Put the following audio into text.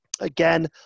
Again